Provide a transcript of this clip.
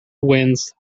winds